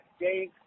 Dave